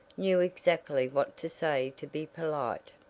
knew exactly what to say to be polite,